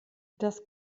das